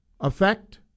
effect